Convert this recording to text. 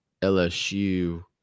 LSU